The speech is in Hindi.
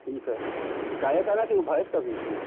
ठीक हैगाय का है ना की वो भेंस का भी इसमें